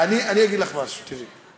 אני אגיד לך משהו: תראי,